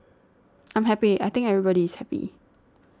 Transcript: I'm happy I think everybody is happy